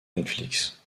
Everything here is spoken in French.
netflix